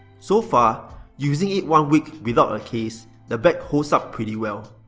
so far using it one week without a case, the back holds up pretty well.